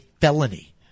felony